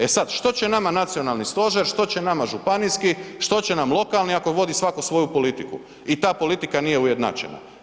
E sad što će nama nacionalni stožer, što će nama županijski, što će nam lokalni ako vodi svako svoju politiku i ta politika nije ujednačena.